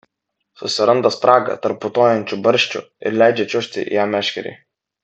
susiranda spragą tarp putojančių barščių ir leidžia čiuožti ja meškerei